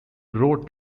wrote